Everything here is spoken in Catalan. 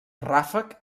ràfec